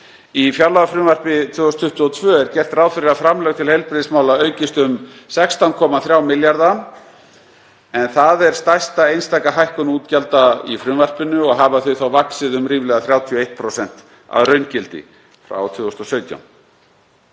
Í fjárlagafrumvarpi 2022 er gert ráð fyrir að framlög til heilbrigðismála aukist um 16,3 milljarða kr., en það er stærsta einstaka hækkun útgjalda í frumvarpinu og hafa þau þá vaxið um ríflega 31% að raungildi frá 2017.